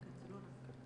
זה לא רק.